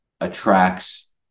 attracts